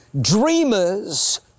Dreamers